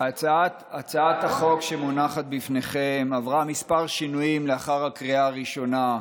הצעת החוק שבפניכם עברה כמה שינויים לאחר הקריאה הראשונה,